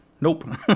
Nope